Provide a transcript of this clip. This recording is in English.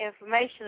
information